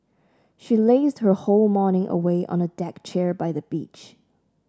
she lazed her whole morning away on a deck chair by the beach